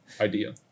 idea